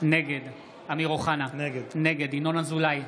נגד אמיר אוחנה, נגד ינון אזולאי,